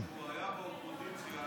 אני רוצה להגיד לך